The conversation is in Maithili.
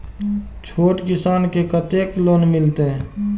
छोट किसान के कतेक लोन मिलते?